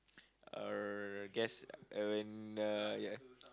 uh guess uh when uh ya